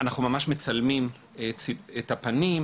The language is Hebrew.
בה אנחנו ממש מצלמים את פנים,